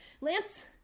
Lance